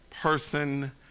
person